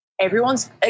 everyone's